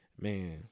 Man